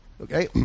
Okay